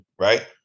right